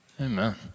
Amen